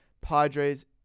Padres